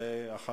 בבקשה.